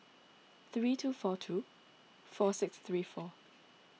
three two four two four six three four